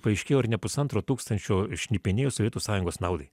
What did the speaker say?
paaiškėjo ar ne pusantro tūkstančio šnipinėjo sovietų sąjungos naudai